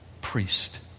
priest